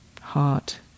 heart